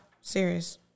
serious